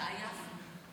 התעייפנו.